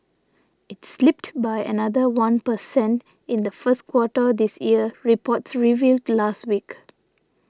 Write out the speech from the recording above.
it slipped by another one per cent in the first quarter this year reports revealed last week